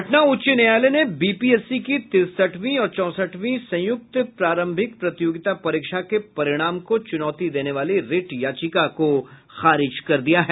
पटना उच्च न्यायालय ने बिहार लोक सेवा आयोग की तिरसठवीं और चौसठवीं संयुक्त प्रारंभिक प्रतियोगिता परीक्षा के परिणाम को चुनौती देने वाली रिट याचिका को खारिज कर दिया है